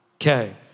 Okay